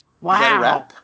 Wow